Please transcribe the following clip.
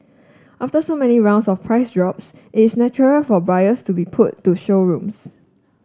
after so many rounds of price drops it's natural for buyers to be pulled to showrooms